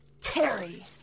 Terry